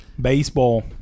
baseball